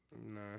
No